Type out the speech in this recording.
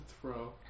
throw